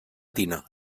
tina